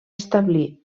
establir